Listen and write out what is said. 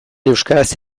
euskaraz